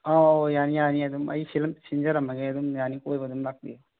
ꯑꯧ ꯑꯧ ꯌꯥꯅꯤ ꯌꯥꯅꯤ ꯑꯗꯨꯝ ꯑꯩ ꯁꯤꯟꯖꯔꯝꯃꯒꯦ ꯑꯗꯨꯝ ꯌꯥꯅꯤ ꯀꯣꯏꯕ ꯑꯗꯨꯝ ꯂꯥꯛꯄꯤꯌꯣ